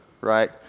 right